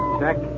check